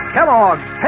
Kellogg's